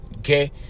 Okay